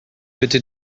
bitte